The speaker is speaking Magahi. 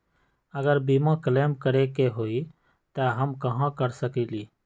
अगर बीमा क्लेम करे के होई त हम कहा कर सकेली?